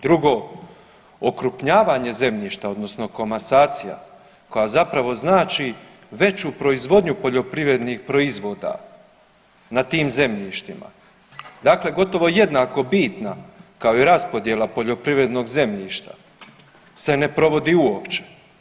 Drugo, okrupnjavanje zemljišta odnosno komasacija koja zapravo znači veću proizvodnju poljoprivrednih proizvoda na tim zemljištima, dakle gotovo jednako bitna kao i raspodjela poljoprivrednog zemljišta se ne provodi uopće.